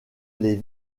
les